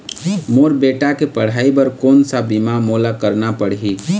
मोर बेटा के पढ़ई बर कोन सा बीमा मोला करना पढ़ही?